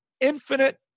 infinite